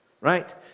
right